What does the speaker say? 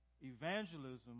Evangelism